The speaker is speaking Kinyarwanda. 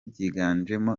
byiganjemo